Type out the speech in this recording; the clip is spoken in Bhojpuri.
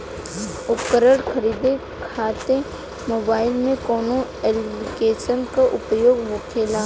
उपकरण खरीदे खाते मोबाइल में कौन ऐप्लिकेशन का उपयोग होखेला?